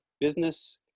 business